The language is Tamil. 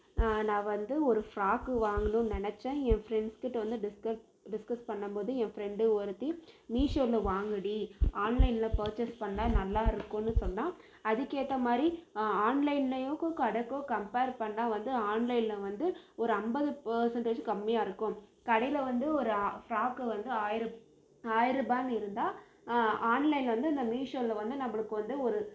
நான் வந்து ஒரு ஃப்ராக்கு வாங்கணுன்னு நினச்சேன் என் ஃப்ரெண்ட்ஸ் கிட்ட வந்து டிஸ்கஸ் டிஸ்கஸ் பண்ணும்போது என் ஃப்ரெண்டு ஒருத்தி மீஷோவில் வாங்குடி ஆன்லைனில் பர்ச்சேஸ் பண்ணால் நல்லா இருக்கும்ன்னு சொன்னாள் அதுக்கு ஏற்ற மாதிரி ஆன்லைன்லக்கோ கடைக்கோ கம்பேர் பண்ணால் வந்து ஆன்லைனில் வந்து ஒரு ஐம்பது பர்சென்டேஜ் கம்மியாக இருக்கும் கடையில் வந்து ஒரு ஆ ஃப்ராக்கை வந்து ஆயிரப் ஆயிரம் ரூபாய்ன்னு இருந்தால் ஆன்லைனில் வந்து இந்த மீஷோவில் வந்து நம்மளுக்கு வந்து ஒரு